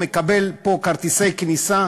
מקבל פה כרטיסי כניסה.